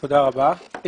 תודה רבה.